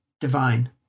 divine